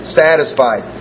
satisfied